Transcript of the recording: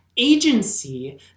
agency